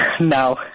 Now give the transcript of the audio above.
No